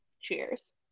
Cheers